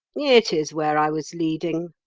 it is where i was leading,